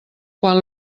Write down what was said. quan